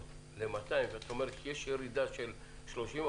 כמו שאתה מציג --- אני